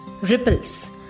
ripples